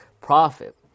profit